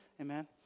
amen